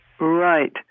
Right